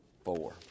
four